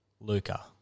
Luca